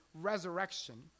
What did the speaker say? resurrection